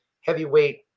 heavyweight